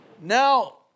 Now